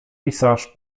pisarz